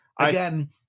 Again